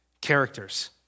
characters